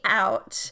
out